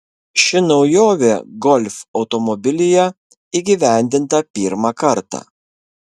ši naujovė golf automobilyje įgyvendinta pirmą kartą